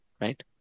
right